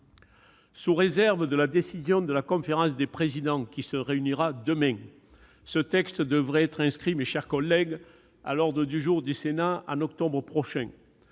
Sous réserve de la décision de la conférence des présidents qui se réunira demain, ce texte devrait être inscrit à l'ordre du jour du Sénat en octobre.